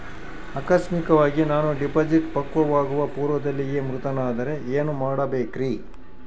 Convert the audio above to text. ಆಕಸ್ಮಿಕವಾಗಿ ನಾನು ಡಿಪಾಸಿಟ್ ಪಕ್ವವಾಗುವ ಪೂರ್ವದಲ್ಲಿಯೇ ಮೃತನಾದರೆ ಏನು ಮಾಡಬೇಕ್ರಿ?